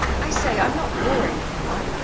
i say, i'm not boring you, am i?